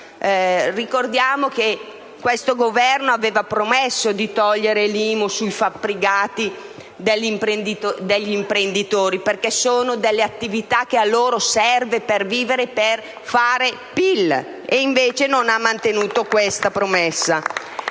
Ricordiamo che questo Governo aveva promesso di togliere l'IMU sui fabbricati degli imprenditori perché si tratta di attività che a loro servono per vivere e fare PIL; non ha però mantenuto questa promessa.